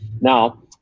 Now